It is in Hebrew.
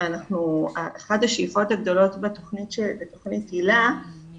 אחת השאיפות הגדולות של תוכנית היל"ה היא